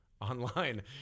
online